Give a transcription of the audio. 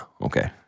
Okay